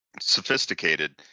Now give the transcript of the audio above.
sophisticated